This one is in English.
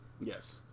Yes